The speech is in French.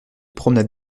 promenade